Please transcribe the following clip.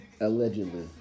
Allegedly